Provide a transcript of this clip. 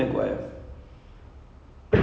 err ya tobey maguire